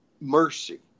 mercy